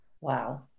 Wow